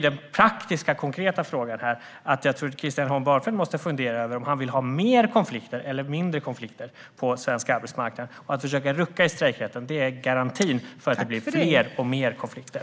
Den praktiska konkreta frågan här som Christian Holm Barenfeld måste fundera över är om han vill ha mer konflikter eller mindre konflikter på svensk arbetsmarknad. Att försöka rucka i strejkrätten är garantin för att det blir mer konflikter.